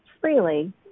freely